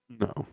No